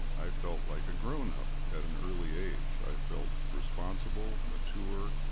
i felt like a grown-up at an early age. i felt responsible, mature.